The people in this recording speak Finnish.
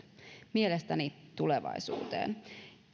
mielestäni tulevaisuuteen